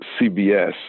CBS